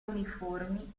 uniformi